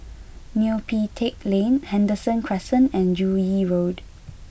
Neo Pee Teck Lane Henderson Crescent and Joo Yee Road